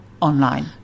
online